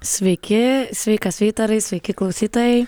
sveiki sveikas vytarai sveiki klausytojai